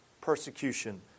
persecution